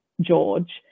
George